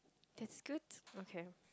that's good okay